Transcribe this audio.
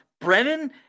Brennan